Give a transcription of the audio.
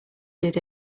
did